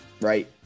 right